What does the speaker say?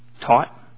taught